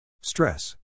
Stress